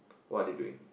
what are they doing